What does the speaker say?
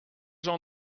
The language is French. gens